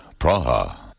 Praha